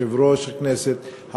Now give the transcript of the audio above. יושב-ראש הכנסת,